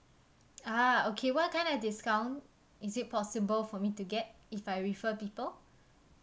ah okay what kind of discount is it possible for me to get if I refer people